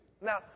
Now